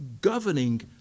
governing